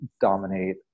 dominate